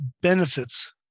benefits